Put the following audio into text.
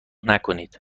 نکنید